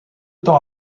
temps